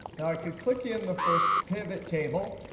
now, i could click in the first pivot table.